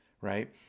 right